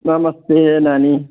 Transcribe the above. नमस्ते नानी